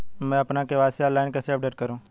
मैं अपना KYC online कैसे अपडेट करूँ?